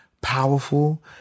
powerful